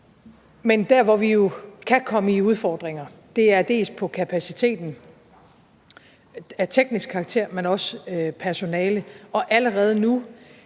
Men der, hvor vi jo kan komme i udfordringer, er dels i forhold til kapaciteten af teknisk karakter, dels i forhold til personale, og allerede nu